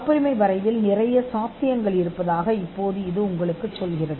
காப்புரிமை வரைவில் நிறைய சாத்தியங்கள் இருப்பதாக இப்போது இது உங்களுக்குச் சொல்கிறது